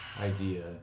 idea